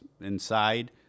inside